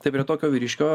tai prie tokio vyriškio